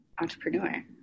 entrepreneur